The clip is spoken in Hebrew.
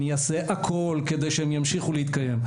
אני אעשה הכל כדי שהם ימשיכו להתקיים'.